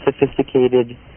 sophisticated